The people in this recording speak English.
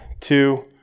two